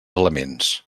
elements